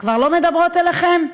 כבר לא מדברות אליכם?